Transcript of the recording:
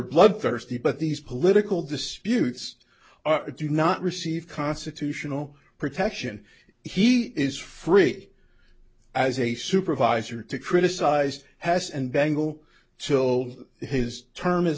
bloodthirsty but these political disputes do not receive constitutional protection he is free as a supervisor to criticize has and bangle till his term is